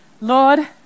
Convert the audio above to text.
Lord